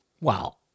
Wow